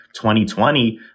2020